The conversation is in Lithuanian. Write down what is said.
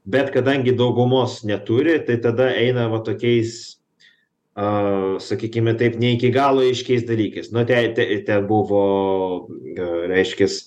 bet kadangi daugumos neturi tai tada eina va tokiais a sakykime taip ne iki galo aiškiais dalykais nu tei te ten buvo g reiškias